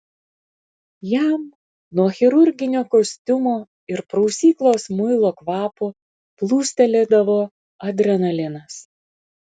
jam nuo chirurginio kostiumo ir prausyklos muilo kvapo plūstelėdavo adrenalinas